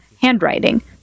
handwriting